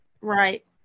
Right